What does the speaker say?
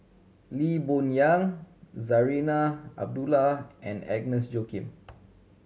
Lee Boon Yang Zarinah Abdullah and Agnes Joaquim